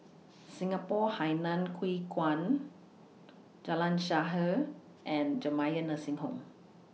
Singapore Hainan Hwee Kuan Jalan Shaer and Jamiyah Nursing Home